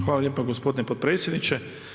Hvala lijepa gospodine potpredsjedniče.